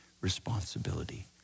responsibility